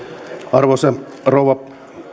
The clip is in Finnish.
arvoisa rouva